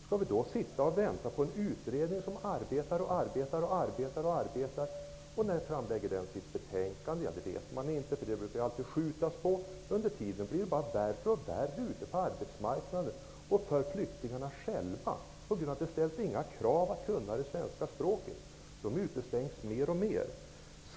Skall vi då sitta och vänta på en utredning som arbetar och arbetar? När framlägger den sitt betänkande? Det vet man inte -- det brukar alltid bli uppskjutet. Under tiden blir det bara värre och värre ute på arbetsmarknaden och för flyktingarna själva -- på grund av att vi inte ställer krav på att de skall kunna det svenska språket. De utestängs mer och mer.